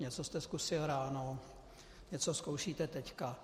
Něco jste zkusil ráno, něco zkoušíte teď.